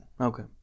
Okay